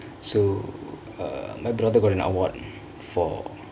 so err my brother got an award for